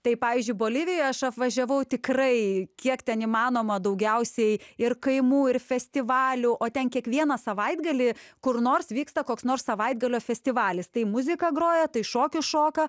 tai pavyzdžiui boliviją aš apvažiavau tikrai kiek ten įmanoma daugiausiai ir kaimų ir festivalių o ten kiekvieną savaitgalį kur nors vyksta koks nors savaitgalio festivalis tai muzika groja tai šokius šoka